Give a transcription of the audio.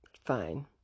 fine